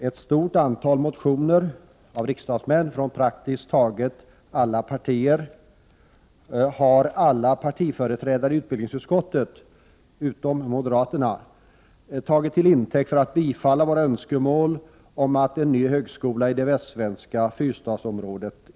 Ett stort antal motioner av riksdagsmän från praktiskt taget alla partier har av alla partiföreträdare i utbildningsutskottet — utom moderaterna — tagits till intäkt för att föreslå att riksdagen bifaller våra önskemål om en ny högskola i det västsvenska Fyrstadsområdet.